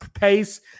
Pace